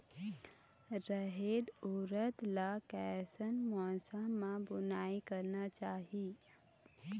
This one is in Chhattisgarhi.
रहेर उरद ला कैसन मौसम मा बुनई करना चाही?